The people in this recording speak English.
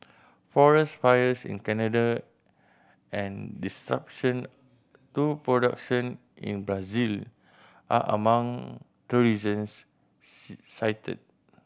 forest fires in Canada and to production in Brazil are among the reasons cited